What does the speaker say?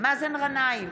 מאזן גנאים,